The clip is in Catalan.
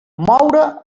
moure